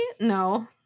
No